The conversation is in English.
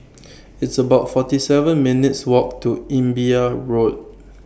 It's about forty seven minutes' Walk to Imbiah Road